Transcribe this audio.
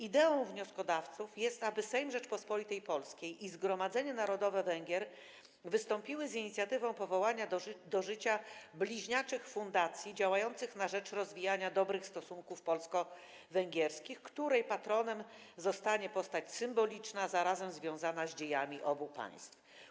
Ideą wnioskodawców jest, aby Sejm Rzeczypospolitej Polskiej i Zgromadzenie Narodowe Węgier wystąpiły z inicjatywą powołania do życia bliźniaczych fundacji działających na rzecz rozwijania dobrych stosunków polsko-węgierskich, których patronem zostanie postać symboliczna, a zarazem związana z dziejami obu państw.